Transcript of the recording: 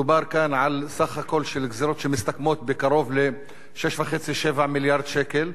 מדובר כאן על סך הכול של גזירות שמסתכמות בקרוב ל-6.5 7 מיליארד שקל,